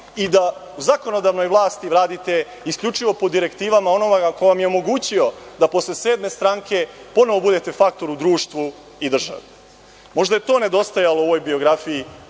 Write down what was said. i da u zakonodavnoj vlasti radite isključivo po direktivama onoga ko vam je omogućio da posle sedme stranke ponovo budete faktor u društvu i državi. Možda je to nedostajalo u ovoj biografiji